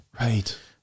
Right